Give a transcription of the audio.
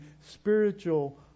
spiritual